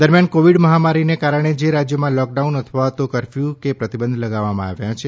દરમ્યાન કોવિડ મહામારીને કારણે જે રાજ્યોમાં લોકડાઉન અથવા તો કરફયું કે પ્રતિબંધ લગાવામાં આવ્યા છે